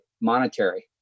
monetary